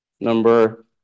number